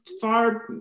far